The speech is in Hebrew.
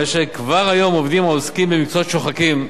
ד"ר אגבאריה,